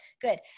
good